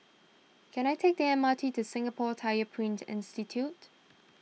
can I take the M R T to Singapore Tyler Print Institute